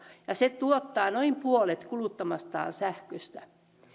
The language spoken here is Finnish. ja se tuottaa noin puolet kuluttamastaan sähköstä